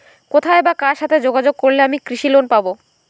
কোথায় বা কার সাথে যোগাযোগ করলে আমি কৃষি লোন পাব?